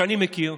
שאני מכיר,